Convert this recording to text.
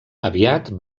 aviat